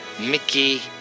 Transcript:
Mickey